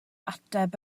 ateb